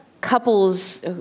couples